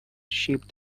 sheep